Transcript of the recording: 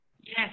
Yes